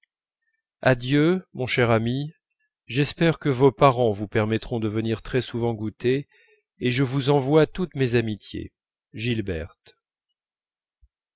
adieu mon cher ami j'espère que vos parents vous permettront de venir très souvent goûter et je vous envoie toutes mes amitiés gilberte